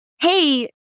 hey